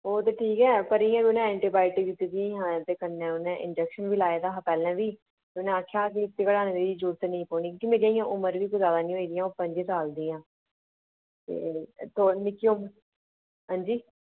ओह् ते ठीक ऐ पर इ'यां उ' नें ' एंटीबायोटिक दित्ती दियां हियां ते कन्नै उनें इंजक्शन बी लाए दा हा पैह्लें बी ते उनें आखेआ हा कि इसी कढाने दी जरूरत नि पौनी क्यूंकि मेरी अजें उमर बी कोई ज्यादा नईं होई दी अऊं पंजी साल दी आं ते मिकी हुन हां'जी